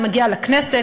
זה מגיע לכנסת,